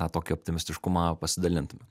tą tokį optimistišką pasidalintumėm